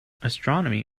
astronomy